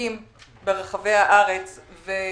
שווקים ברחבי הארץ שבהם